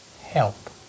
help